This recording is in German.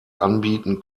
anbieten